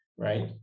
Right